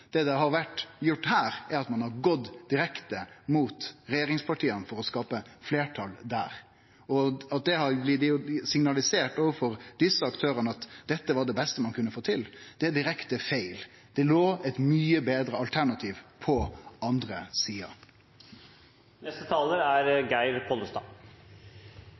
Det ein har gjort her, er at ein har gått direkte mot regjeringspartia for å skape fleirtal der. At det har blitt signalisert overfor dessa aktørane at dette var det beste ein kunne få til, er direkte feil. Eit mykje betre alternativ låg på den andre sida. Fleirtalet er